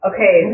Okay